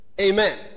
amen